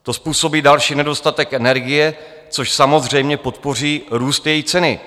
To způsobí další nedostatek energie, což samozřejmě podpoří růst její ceny.